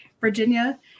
Virginia